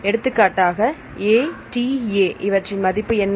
எடுத்துக்காட்டாக ATA இவற்றின் மதிப்பு என்ன